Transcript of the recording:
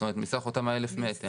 זאת אומרת מסך אותם ה-1,000 מטר.